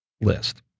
list